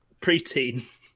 preteen